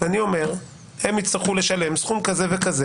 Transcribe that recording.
אני אומר: הם יצטרכו לשלם סכום כזה וכזה,